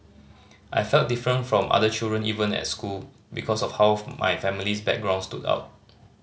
I felt different from other children even at school because of how my family's background stood out